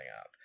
up